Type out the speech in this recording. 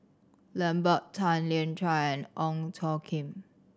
Lambert Tan Lian Chye and Ong Tjoe Kim